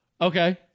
Okay